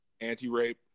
Anti-rape